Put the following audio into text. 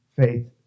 faith